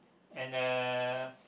and uh